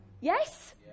Yes